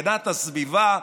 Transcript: הגנת הסביבה,